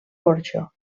porxo